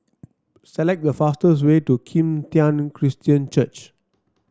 select the fastest way to Kim Tian Christian Church